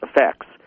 effects